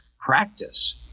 practice